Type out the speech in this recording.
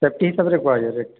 safety ହିସାବରେ କୁହାଯାଏ rate